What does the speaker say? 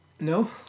No